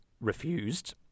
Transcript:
refused